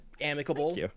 amicable